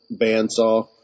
bandsaw